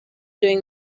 doing